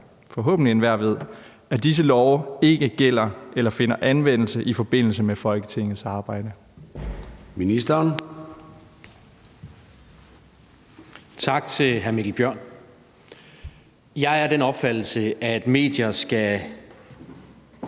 forhåbentlig, at disse love ikke gælder eller finder anvendelse i forbindelse med Folketingets arbejde?